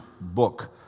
book